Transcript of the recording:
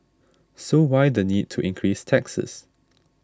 so why the need to increase taxes